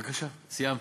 בבקשה, סיימתי.